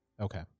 okay